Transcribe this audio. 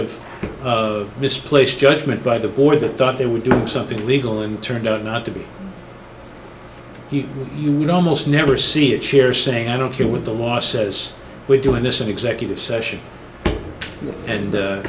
of misplaced judgement by the board that thought they were doing something illegal and turned out not to be he would almost never see a chair saying i don't care what the law says we're doing this in executive session and